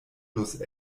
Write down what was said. los